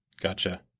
Gotcha